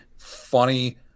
funny